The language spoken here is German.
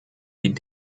die